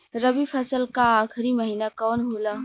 रवि फसल क आखरी महीना कवन होला?